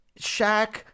Shaq